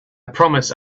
promise